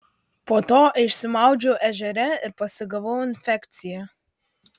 po to išsimaudžiau ežere ir pasigavau infekciją